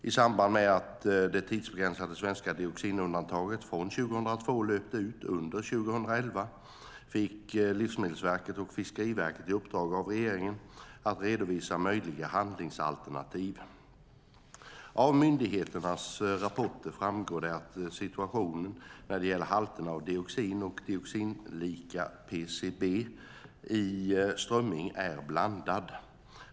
I samband med att det tidsbegränsade svenska dioxinundantaget från 2002 löpte ut under 2011 fick Livsmedelsverket och Fiskeriverket i uppdrag av regeringen att redovisa möjliga handlingsalternativ. Av myndigheternas rapporter framgår det att situationen när det gäller halterna av dioxin och dioxinlika PCB i strömming är blandad.